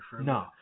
No